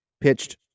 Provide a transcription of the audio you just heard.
pitched